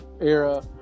era